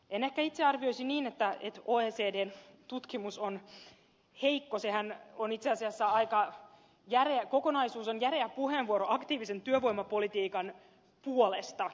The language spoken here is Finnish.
en ehkä itse arvioisi niin että oecdn tutkimus on heikko sehän on itse asiassa aika järeä kokonaisuus ja järeä puheenvuoro aktiivisen työvoimapolitiikan puolesta